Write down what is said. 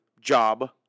job